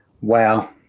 Wow